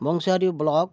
Bansihari block